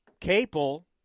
Capel